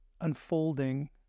unfolding